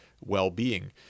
well-being